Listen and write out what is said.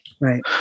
Right